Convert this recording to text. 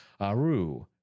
Aru